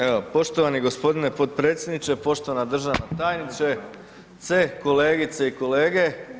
Evo, poštovani gospodine podpredsjedniče, poštovana državna tajnice, kolegice i kolege.